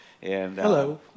Hello